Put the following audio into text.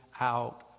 out